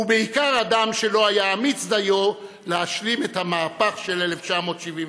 ובעיקר אדם שלא היה אמיץ דיו להשלים את המהפך של 1977,